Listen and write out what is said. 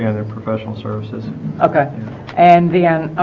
you know their professional services okay and then